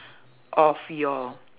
of your